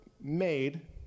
made